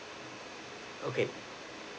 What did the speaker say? okay